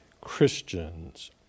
Christians